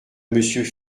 monsieur